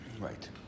Right